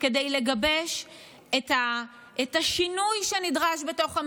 זו המערכת שיש בה את התקציב הגדול ביותר,